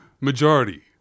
majority